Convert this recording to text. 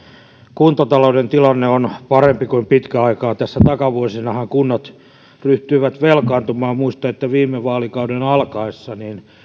kuntatalouden tilanne on parempi kuin pitkään aikaan tässä takavuosinahan kunnat ryhtyivät velkaantumaan muistan että viime vaalikauden alkaessa